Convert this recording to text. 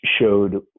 showed